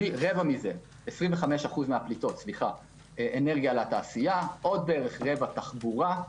25% מהפליטות - אנרגיה לתעשייה, עוד כרבע תחבורה,